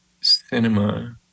cinema